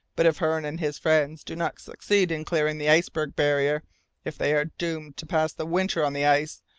but if hearne and his friends do not succeed in clearing the iceberg barrier if they are doomed to pass the winter on the ice,